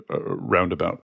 roundabout